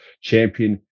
champion